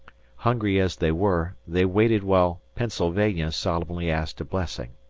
hungry as they were, they waited while pennsylvania solemnly asked a blessing.